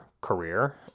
career